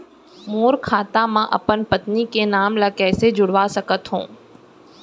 मोर खाता म अपन पत्नी के नाम ल कैसे जुड़वा सकत हो?